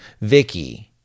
Vicky